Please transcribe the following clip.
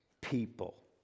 people